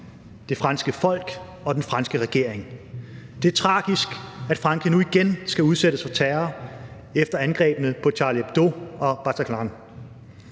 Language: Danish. det franske folk og den franske regering. Det er tragisk, at Frankrig nu igen skal udsættes for terror efter angrebene på Charlie Hebdo og Bataclan.